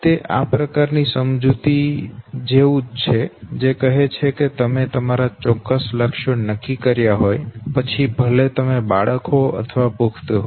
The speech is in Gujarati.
તે આ પ્રકારના સમજૂતી જેવું જ છે જે કહે છે કે તમે તમારા માટે ચોક્કસ લક્ષ્યો નક્કી કર્યા હોય છે પછી ભલે તમે બાળક હો અથવા પુખ્ત હો